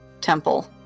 temple